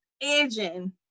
engine